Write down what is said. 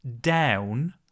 down